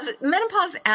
menopause